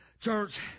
Church